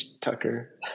Tucker